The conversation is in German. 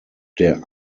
der